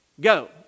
go